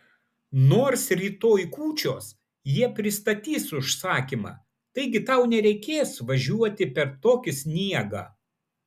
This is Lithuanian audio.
nors rytoj kūčios jie pristatys užsakymą taigi tau nereikės važiuoti per tokį sniegą